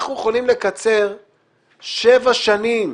אנחנו יכולים לקצר שבע שנים,